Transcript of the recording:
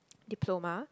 Diploma